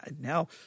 now